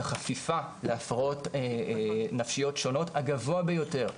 החפיפה להפרעות נפשיות שונות הגבוה ביותר,